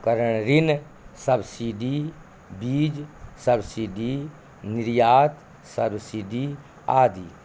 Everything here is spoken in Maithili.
ऋण सब्सिडी बीज सब्सिडी निर्यात सब्सिडी आदि